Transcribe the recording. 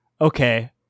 okay